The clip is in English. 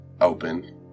open